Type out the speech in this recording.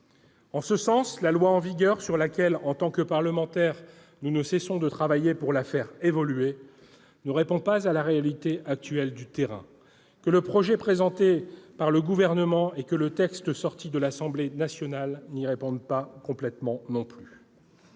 En ce sens, la loi en vigueur sur laquelle nous, parlementaires, ne cessons de travailler pour la faire évoluer ne répond pas à la réalité actuelle du terrain. Le projet de loi présenté par le Gouvernement et le texte issu des travaux de l'Assemblée nationale n'y répondent pas complètement non plus.